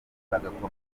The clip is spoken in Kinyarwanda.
bagakomeza